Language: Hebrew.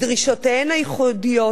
בדרישותיהן הייחודיות,